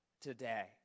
today